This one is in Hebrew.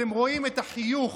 אתם רואים את החיוך